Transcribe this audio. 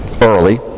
early